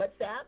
WhatsApp